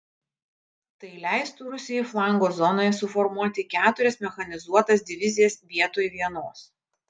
tai leistų rusijai flango zonoje suformuoti keturias mechanizuotas divizijas vietoj vienos